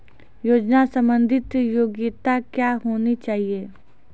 योजना संबंधित योग्यता क्या होनी चाहिए?